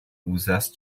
uzas